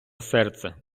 серце